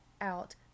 out